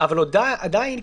אבל עדיין,